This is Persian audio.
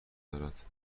دارد